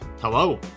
Hello